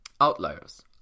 Outliers